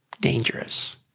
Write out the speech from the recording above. dangerous